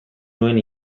nuen